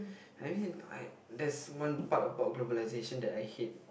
I mean I there's one part about globalisation that I hate